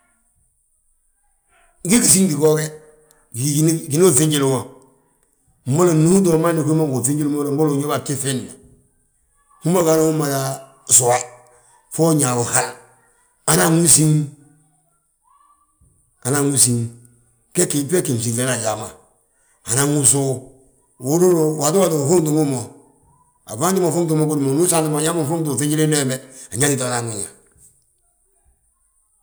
Gii fsiiji goo ge, winu uŧili wo, mbolo ndu utoo mo hani ugí mo ngi uŧijili mbolo uñóba a gjif giindi ma. Hú ga mada wi yaa suwe fo uñaa wi hal, anan wi síŋ, anan wi síŋ gegi, geege fsíŋtena ajaa ma. Anan wi suw, horo, waato waati ufuuŋtin wi mo, a fwaati ma ufuuŋti wi bolo ndu usaanti uyaa ma: Nfuuŋti uŧeenjili wiinda wembe, anyaantite anan wi ñaa.